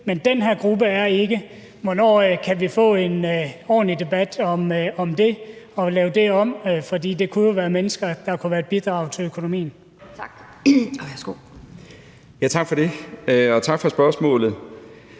men den her gruppe er ikke. Hvornår kan vi få en ordentlig debat om det og få lavet det om? For det kunne jo være mennesker, der kunne udgøre et bidrag til økonomien. Kl. 16:31 Anden næstformand